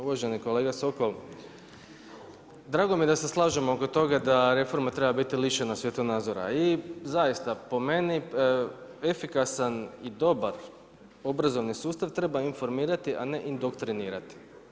Uvaženi kolega Sokol, drago mi je da se slažemo oko toga da reforma treba biti lišena svjetonazora i zaista po meni efikasan i dobar obrazovni sustav treba informirati, a ne indoktrinirati.